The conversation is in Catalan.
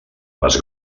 les